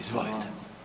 Izvolite.